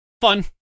fun